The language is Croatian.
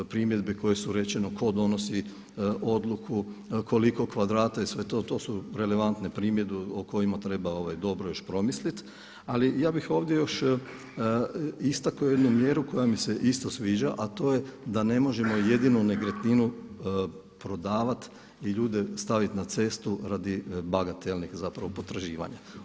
Primjedbe koje su rečene tko donosi odluku koliko kvadrata i sve to, to su relevantne primjedbe o kojima treba dobro još promisliti ali ja bih ovdje još istaknuo jednu mjeru koja mi se isto sviđa, a to je da ne možemo jedinu nekretninu prodavati i ljude staviti na cestu radi bagatelnih zapravo potraživanja.